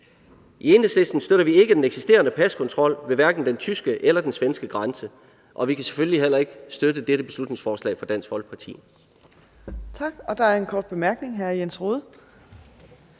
I Enhedslisten støtter vi ikke den eksisterende paskontrol, hverken ved den tyske eller den svenske grænse, og vi kan selvfølgelig heller ikke støtte dette beslutningsforslag fra Dansk Folkeparti.